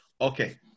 Okay